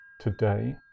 Today